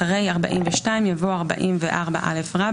אחרי "42," יבוא "44א,".